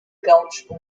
gulch